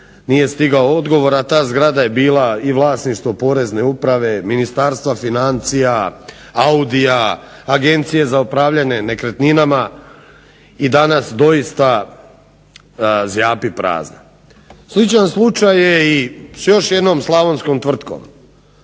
nije stigao odgovor a ta zgrada je bila i vlasništvo Porezne uprave, Ministarstva financija, Audia, Agencija za upravljanje nekretninama i danas doista zjapi prazna. Sličan slučaj je i s još jednom slavonskom tvrtkom